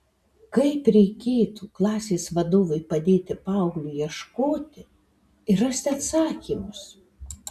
kaip reikėtų klasės vadovui padėti paaugliui ieškoti ir rasti atsakymus